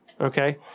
Okay